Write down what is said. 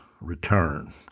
return